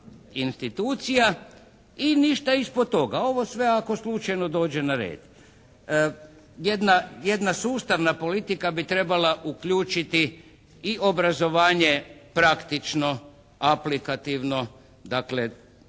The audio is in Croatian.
institucija i ništa ispod toga. Ovo sve ako slučajno dođe na red. Jedna sustavna politika bi trebala uključiti i obrazovanje praktično, aplikativno. Dakle,